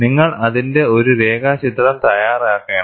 നിങ്ങൾ അതിന്റെ ഒരു രേഖാചിത്രം തയ്യാറാക്കേണം